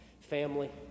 family